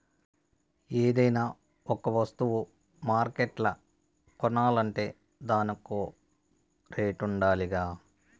ఏదైనా ఒక వస్తువ మార్కెట్ల కొనాలంటే దానికో రేటుండాలిగా